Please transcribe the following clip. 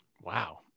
Wow